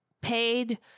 paid